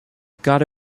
gotta